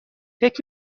فکر